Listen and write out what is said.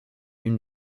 une